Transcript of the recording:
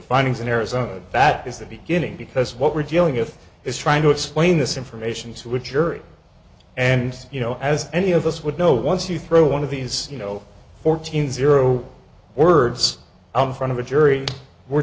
findings in arizona that is the beginning because what we're dealing with is trying to explain this information to which you're it and you know as any of us would know once you throw one of these you know fourteen zero or i'm front of a jury we're